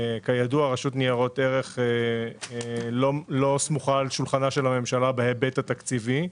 כידוע רשות ניירות ערך לא סמוכה על שולחנה של הממשלה בהיבט התקציבי,